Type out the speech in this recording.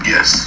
Yes